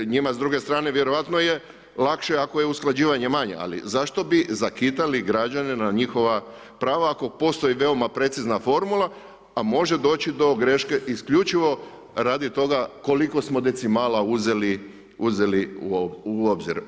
Njima s druge strane vjerojatno je lakše ako je usklađivanje male, ali zašto bi zakidali građane na njihova prava, ako postoji veoma precizna formula, a može doći do greške isključivo radi toga koliko smo decimala uzeli u obzir.